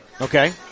okay